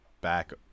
back